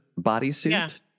bodysuit